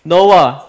Noah